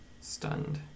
stunned